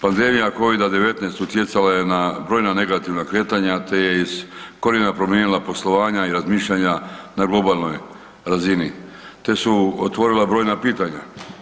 Pandemija Covida-19 utjecala je na brojna negativna kretanja te je iz korijena promijenila poslovanja i razmišljanja na globalnoj razini te su otvorila brojna pitanja.